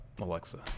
Alexa